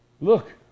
Look